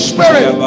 Spirit